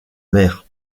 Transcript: mer